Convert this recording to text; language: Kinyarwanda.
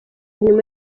nyuma